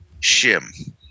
Shim